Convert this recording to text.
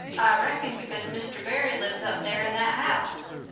reckon because mr. barry lives up there in that house.